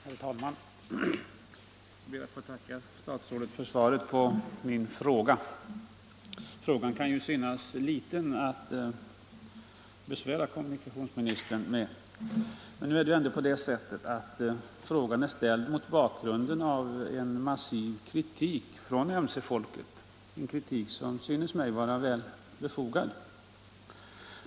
Herr talman! Jag ber att få tacka statsrådet för svaret på min fråga. Frågan kan förefalla alltför liten för att man skulle besvära kommunikationsministern med den. Den har emellertid ställts mot bakgrunden av en massiv kritik från mc-folket, en kritik som synes mig vara väl befogad.